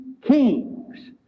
kings